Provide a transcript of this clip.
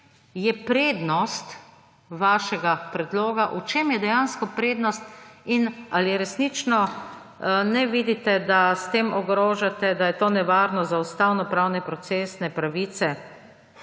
je prednost vašega predloga, v čem je dejansko prednost in ali resnično ne vidite, da s tem ogrožate, da je to nevarno za ustavnopravne procesne pravice